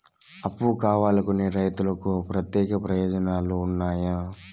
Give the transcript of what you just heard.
అప్పు కావాలనుకునే రైతులకు ప్రత్యేక ప్రయోజనాలు ఉన్నాయా?